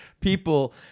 people